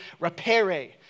rapere